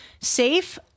safe